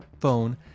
phone